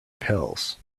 pills